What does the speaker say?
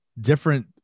different